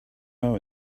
know